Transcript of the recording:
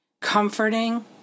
comforting